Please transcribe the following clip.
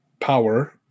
power